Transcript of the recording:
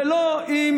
ולא עם